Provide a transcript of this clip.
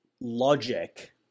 logic